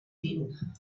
din